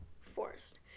forced